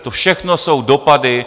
To všechno jsou dopady.